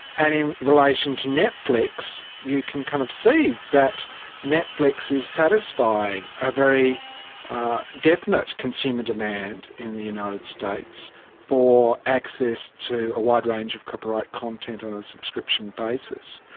and in relation to netflix you can kind of see that netflix is satisfying a very definite consumer demand in the united states for access to a wide range of copyright content on a subscription basis,